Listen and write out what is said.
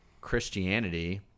Christianity